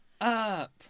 up